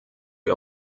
wir